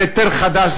זה היטל חדש,